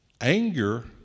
Anger